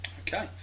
Okay